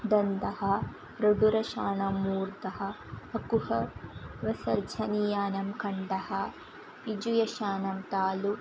दन्तः ऋटुरषाणाणां मूर्धा अकुहविसर्जनीयानां कण्ठः इचुयशानां तालु